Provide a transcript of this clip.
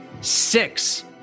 six